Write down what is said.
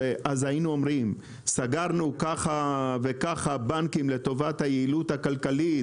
אז היינו אומרים סגרנו ככה וככה בנקים לטובת היעילות הכלכלית